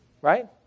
right